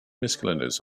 miscellaneous